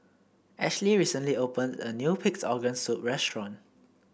Ashlie recently opened a new Pig's Organ Soup restaurant